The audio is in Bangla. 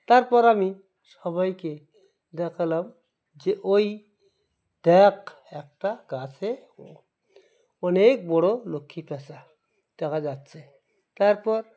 তারপর আমি সবাইকে দেখালাম যে ওই দেখ একটা গাছে অনেক বড়ো লক্ষ্মী প্যাঁচা দেখা যাচ্ছে তারপর